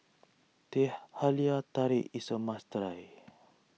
Teh Halia Tarik is a must try